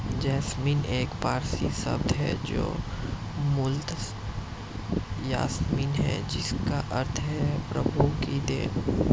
jasmine एक पारसी शब्द है जो मूलतः यासमीन है जिसका अर्थ है प्रभु की देन